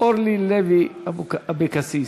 אורלי לוי אבקסיס.